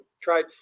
tried